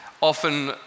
often